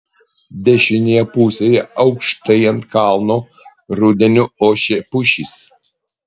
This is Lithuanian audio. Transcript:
dešinėje pusėje aukštai ant kalno rudeniu ošė pušys